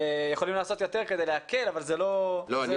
יכולים לעשות יותר כדי להקל אבל זה לא העניין.